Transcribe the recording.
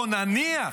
או נניח,